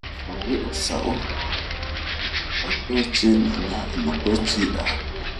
A we o sa'o a bɛ to cii nu na a nu to cii aa.